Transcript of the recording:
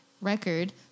record